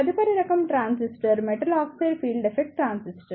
తదుపరి రకం transistor metal oxide field effect transistor